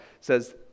says